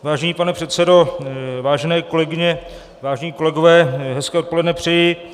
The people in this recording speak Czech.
Vážený pane předsedo, vážené kolegyně, vážení kolegové, hezké odpoledne přeji.